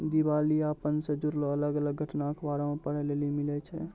दिबालियापन से जुड़लो अलग अलग घटना अखबारो मे पढ़ै लेली मिलै छै